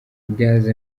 gaz